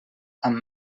amb